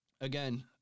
again